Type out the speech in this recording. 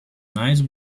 nice